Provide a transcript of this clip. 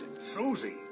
Susie